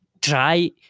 try